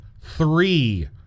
three